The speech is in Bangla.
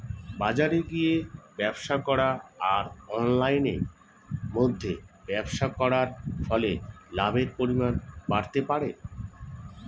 বাজারে গিয়ে ব্যবসা করা আর অনলাইনের মধ্যে ব্যবসা করার ফলে লাভের পরিমাণ বাড়তে পারে?